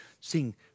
sing